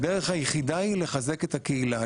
הדרך היחידה היא לחזק את הקהילה,